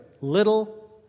little